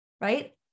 Right